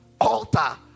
altar